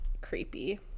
creepy